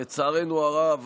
לצערנו הרב,